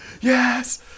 Yes